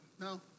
No